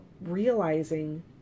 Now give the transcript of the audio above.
realizing